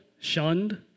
shunned